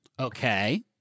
Okay